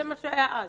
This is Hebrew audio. זה מה שהיה אז.